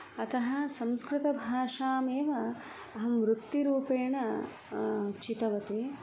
अतः संस्कृतभाषामेव अहं वृत्तिरूपेण चितवती